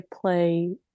play